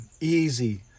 Easy